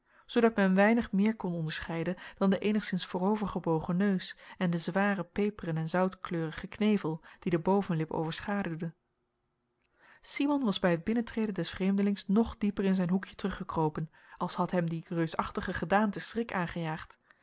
zoodat men weinig meer kon onderscheiden dan den eenigszins voorovergebogen neus en den zwaren peperen en zoutkleurigen knevel die de bovenlip overschaduwde simon was bij het binnentreden des vreemdelings nog dieper in zijn hoekje teruggekropen als had hem die reusachtige gedaante schrik aangejaagd